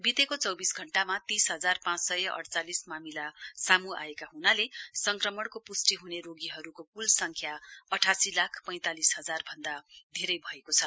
बितेको चौविस घण्टामा तीस हजार पाँच सय अड़चालिस मामिला सामू आएका हुनाले संक्रमणको पुष्टि हुने रोगीहरुको कुल संख्या अठासी लाख पैंतालिस हजार भन्दा धेरै भएको छ